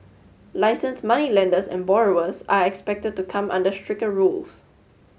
licensed moneylenders and borrowers are expected to come under stricter rules